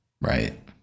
Right